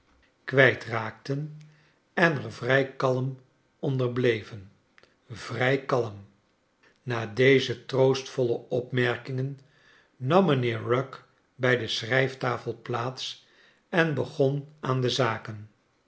kwijt raakten en er vrij kalm onder bleven vrij kalm na deze troostvolle opmerkingen nam mijnheer rugg bij de schrijftafel plaats en begon aan de zaken